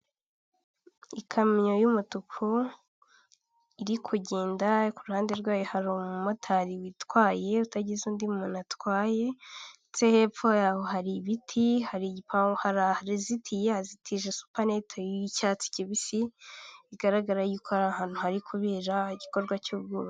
Agapapuro k'umweru kanditsweho amagambo ari mu ibara ry'umukara, handitseho amagambo yo mu kirimi cy'amahanga ruguru, ariko harimo n'amagambo yo mu kinyarwanda ariho nk'amazina nka perezida Paul Kgame ndetse n'andi mazina agiye atandukanye.